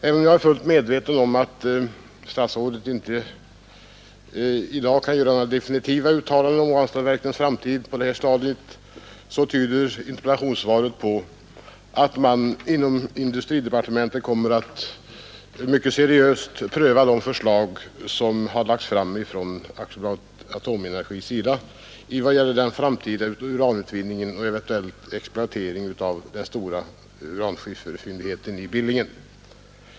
Även om jag är fullt medveten om att statsrådet inte i dag kan göra några definitiva uttalanden om Ranstadsverkets framtid, tyder interpellationssvaret på att man inom industridepartementet mycket seriöst kommer att pröva de förslag som lagts från AB Atomenergi i vad gäller den framtida uranutvinningen och eventuell exploatering av den stora uranskifferfyndigheten i Billingen.